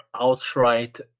outright